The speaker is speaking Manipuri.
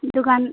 ꯗꯨꯀꯥꯟ